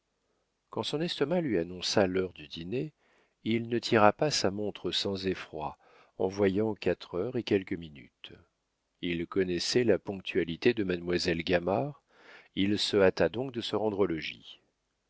quand son estomac lui annonça l'heure du dîner il ne tira pas sa montre sans effroi en voyant quatre heures et quelques minutes il connaissait la ponctualité de mademoiselle gamard il se hâta donc de se rendre au logis